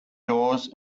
doors